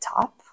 top